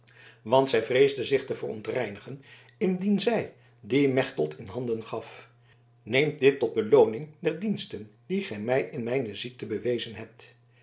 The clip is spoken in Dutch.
want zij vreesde zich te verontreinigen indien zij die mechtelt in handen gaf neem dit tot belooning der diensten die gij mij in mijne ziekte bewezen hebt